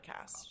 podcast